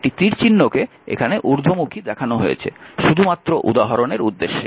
একটি তীরচিহ্নকে এখানে ঊর্ধ্বমুখী দেখানো হয়েছে শুধুমাত্র উদাহরণের উদ্দেশ্যে